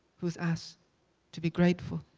who's asked to be grateful,